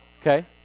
Okay